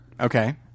okay